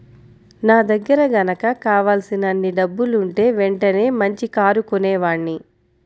నా దగ్గర గనక కావలసినన్ని డబ్బులుంటే వెంటనే మంచి కారు కొనేవాడ్ని